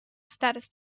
status